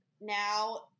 now